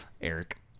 Eric